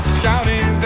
shouting